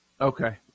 Okay